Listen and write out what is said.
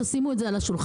שימו את זה על השולחן.